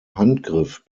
handgriff